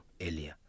earlier